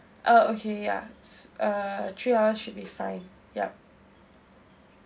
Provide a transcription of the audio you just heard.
oh okay ya uh three hours should be fine yup